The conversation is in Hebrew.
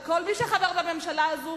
וכל מי שחבר בממשלה הזאת,